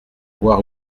bois